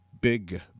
big